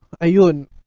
ayun